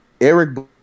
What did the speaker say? Eric